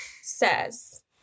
says